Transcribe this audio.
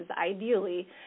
ideally